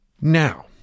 Now